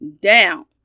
down